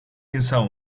insan